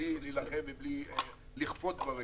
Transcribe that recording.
בלי להילחם ובלי לכפות דברים.